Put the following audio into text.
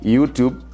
YouTube